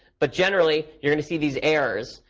but generally, you're going to see these errors.